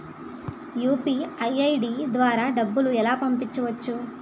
UPI ID ద్వారా డబ్బులు ఎలా పంపవచ్చు?